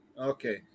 Okay